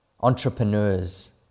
Entrepreneurs